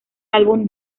álbum